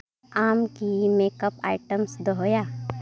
ᱟᱢ ᱠᱤ makeup items ᱫᱚᱦᱚᱭᱟ